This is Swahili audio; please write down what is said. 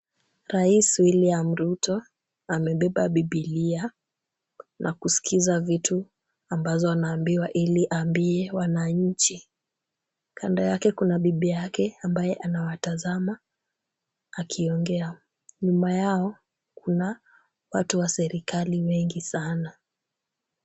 Rais William Ruto, amebeba bibilia na kusikiza vitu ambazo anaambiwa ili aambie wananchi. Kando yake kuna bibi yake ambaye anawatazama akiongea. Nyuma yao kuna watu wa serikali wengi sana.